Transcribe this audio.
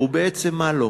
ובעצם מה לא?